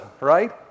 right